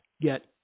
get